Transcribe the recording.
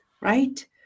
right